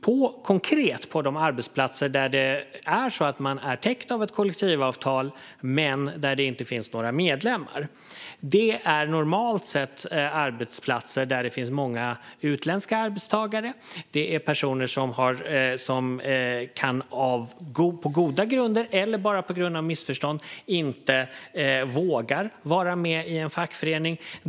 De konkreta arbetsplatser där man är täckt av ett kollektivavtal men där inga medlemmar finns är normalt sett arbetsplatser där det finns många utländska arbetstagare. Det kan vara personer som på goda grunder eller bara på grund av missförstånd inte vågar vara med i en fackförening.